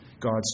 God's